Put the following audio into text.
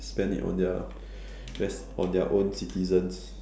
spend it on their less on their own citizens